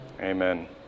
Amen